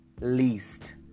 least